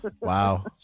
Wow